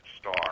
star